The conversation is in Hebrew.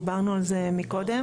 דיברנו על זה מקודם.